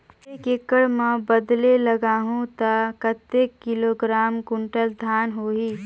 एक एकड़ मां बदले लगाहु ता कतेक किलोग्राम कुंटल धान होही?